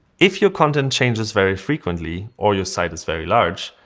if your content changes very frequently or your site is very large,